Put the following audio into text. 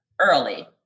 early